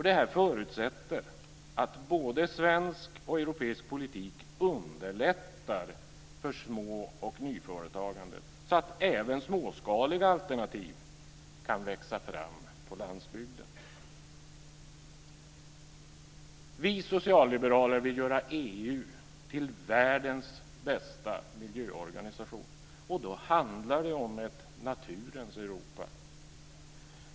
Detta förutsätter att både svensk och europeisk politik underlättar för små och nyföretagandet, så att även småskaliga alternativ kan växa fram på landsbygden. Vi socialliberaler vill göra EU till världens bästa miljöorganisation. Då handlar det om ett naturens Europa.